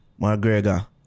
McGregor